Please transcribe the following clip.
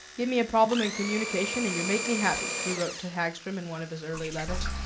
give me a problem in communication and you make me happy, he wrote to hagstrom in one of his early letters.